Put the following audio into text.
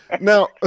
Now